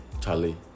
Charlie